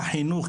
חינוך,